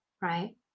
Right